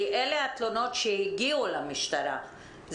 כי אלה התלונות שהגיעו למשטרה,